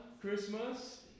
Christmas